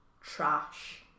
trash